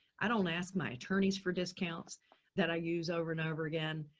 i don't ask my attorneys for discounts that i use over and over again.